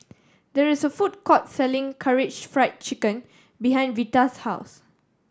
there is a food court selling Karaage Fried Chicken behind Vita's house